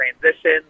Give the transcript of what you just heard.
transition